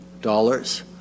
dollars